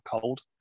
cold